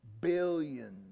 billions